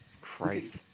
Christ